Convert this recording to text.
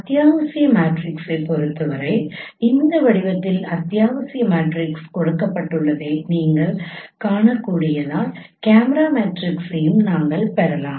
அத்தியாவசிய மேட்ரிக்ஸைப் பொறுத்தவரை இந்த வடிவத்தில் அத்தியாவசிய மேட்ரிக்ஸ் கொடுக்கப்பட்டுள்ளதை நீங்கள் காணக்கூடியதால் கேமரா மேட்ரிக்ஸ்களையும் நாங்கள் பெறலாம்